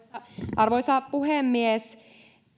arvoisa puhemies